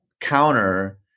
counter